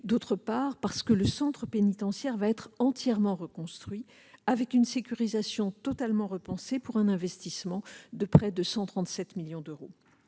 D'autre part, ce centre pénitentiaire va être entièrement reconstruit, avec une sécurisation totalement repensée, pour un investissement de près de 137 millions d'euros.